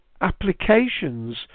applications